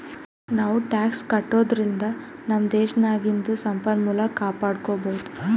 ನಾವೂ ಟ್ಯಾಕ್ಸ್ ಕಟ್ಟದುರ್ಲಿಂದ್ ನಮ್ ದೇಶ್ ನಾಗಿಂದು ಸಂಪನ್ಮೂಲ ಕಾಪಡ್ಕೊಬೋದ್